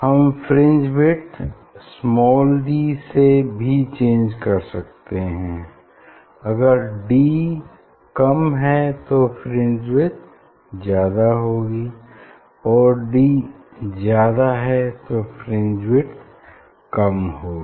हम fringe width small d से भी चेंज कर सकते हैं अगर d कम है तो फ्रिंज विड्थ ज्यादा होगी और d ज्यादा है तो फ्रिज विड्थ कम होगी